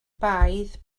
baedd